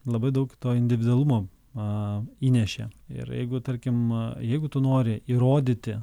labai daug to individualumo įnešė ir jeigu tarkim jeigu tu nori įrodyti